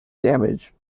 damage